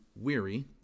weary